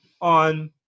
on